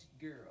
girl